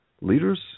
leaders